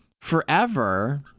forever